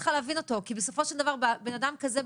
כי בסופו של דבר בן אדם כזה,